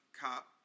cop